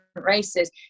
races